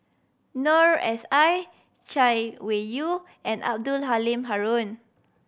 Noor S I Chay Weng Yew and Abdul Halim Haron